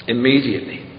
Immediately